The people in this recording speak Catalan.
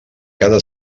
cada